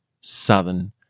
southern